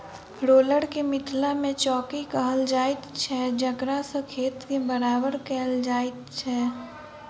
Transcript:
roller के मिथिला मे चौकी कहल जाइत छै जकरासँ खेत के बराबर कयल जाइत छै